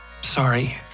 sorry